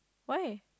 why